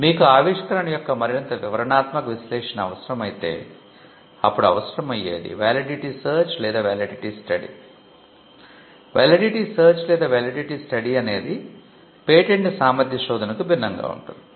మీకు ఆవిష్కరణ యొక్క మరింత వివరణాత్మక విశ్లేషణ అవసరమైతే అప్పుడు అవసరమయ్యేది వాలిడిటి సెర్చ్ లేదా వాలిడిటి స్టడీ అనేది పేటెంట్ సామర్థ్య శోధనకు భిన్నంగా ఉంటుంది